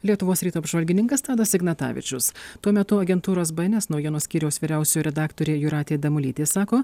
lietuvos ryto apžvalgininkas tadas ignatavičius tuo metu agentūros bns naujienų skyriaus vyriausioji redaktorė jūratė damulytė sako